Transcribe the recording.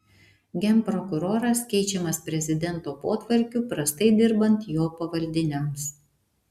genprokuroras keičiamas prezidento potvarkiu prastai dirbant jo pavaldiniams